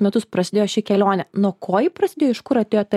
metus prasidėjo ši kelionė nuo ko ji prasidėjo iš kur atėjo ta